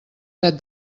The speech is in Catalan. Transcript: set